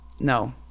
No